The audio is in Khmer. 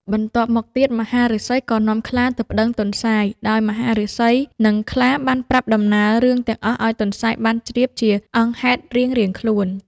បន្ទាប់មកទៀតមហាឫសីក៏នាំខ្លាទៅប្តឹងទន្សាយ ដោយមហាឫសី និងខ្លាបានប្រាប់ដំណើរ រឿងទាំងអស់ឱ្យទន្សាយបានជ្រាបជាអង្គហេតុរៀងៗខ្លួន។